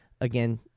again